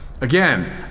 Again